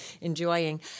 enjoying